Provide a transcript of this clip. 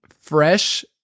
fresh